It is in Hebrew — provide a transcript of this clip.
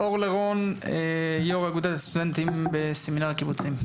אור לרון, יו"ר האגודה לסטודנטים בסמינר הקיבוצים.